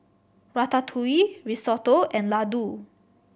Ratatouille Risotto and Ladoo